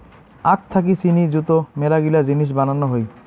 আখ থাকি চিনি যুত মেলাগিলা জিনিস বানানো হই